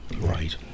Right